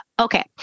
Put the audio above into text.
Okay